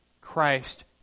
Christ